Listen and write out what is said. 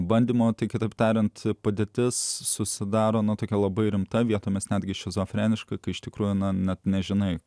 bandymo tai kitaip tariant padėtis susidaro tokia labai rimta vietomis netgi šizofreniška kai iš tikrųjų net nežinai